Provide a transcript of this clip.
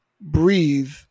breathe